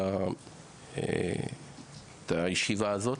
הישיבה הזאת.